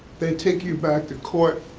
they take you back to court,